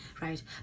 right